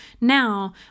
now